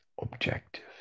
objective